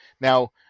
Now